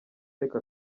ariko